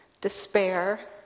despair